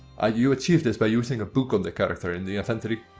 ah you achieve this by using a book on the character in the inventory